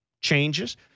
changes